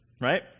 Right